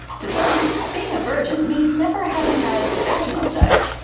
to some, being a virgin means never having had vaginal sex,